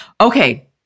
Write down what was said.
Okay